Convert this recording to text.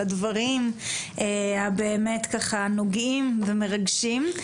על הדברים הנוגעים ומרגשים.